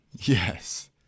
Yes